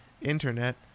Internet